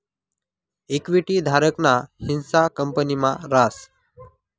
equity धारक ना हिस्सा कंपनी मा रास